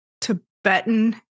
Tibetan